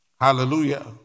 Hallelujah